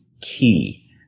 key